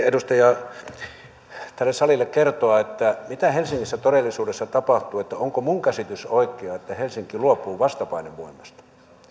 edustaja niinistö tälle salille kertoa mitä helsingissä todellisuudessa tapahtuu onko minun käsitykseni oikea että helsinki luopuu vastapainevoimasta